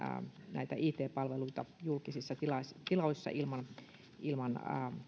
näitä it palveluita julkisissa tiloissa ilman ilman